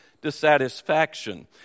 dissatisfaction